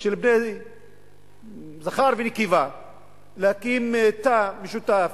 של זכר ונקבה להקים תא משותף.